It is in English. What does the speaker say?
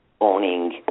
owning